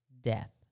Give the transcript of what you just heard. death